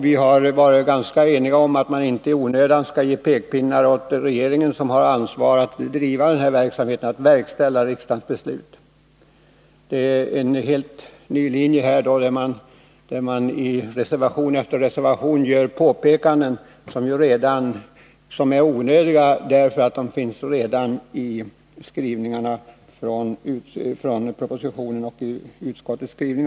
Vi har varit ganska eniga om att man inte i onödan skall ge pekpinnar åt regeringen, som har ansvaret för att riksdagens beslut verkställs. Det är då en helt ny linje när man i reservation efter reservation gör påpekanden som är onödiga, eftersom dessa redan finns i propositionen eller i utskottets betänkande.